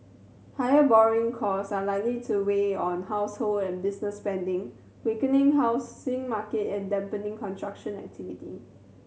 higher borrowing cost are likely to weigh on household and business spending weaking housing market and dampening construction activity